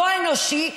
לא אנושי.